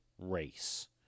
race